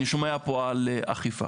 אני שומע פה על אכיפה,